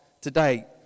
today